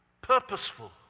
purposeful